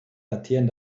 datieren